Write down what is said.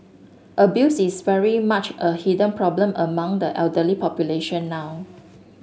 abuse is very much a hidden problem among the elderly population now